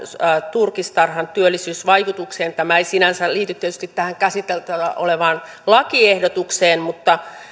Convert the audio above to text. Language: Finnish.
turkistarhauksen työllisyysvaikutukseen tämä ei sinänsä tietysti liity tähän käsiteltävänä olevaan lakiehdotukseen mutta